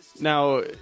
now